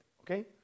okay